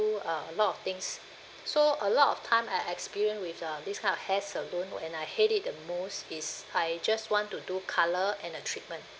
uh a lot of things so a lot of time I experience with uh these kind of hair salon and I hate it the most is I just want to do colour and a treatment